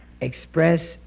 express